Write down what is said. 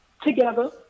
together